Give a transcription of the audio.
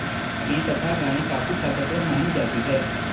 केंकथा गाय काफी ताकतवर मानी जाती है